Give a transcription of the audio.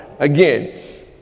Again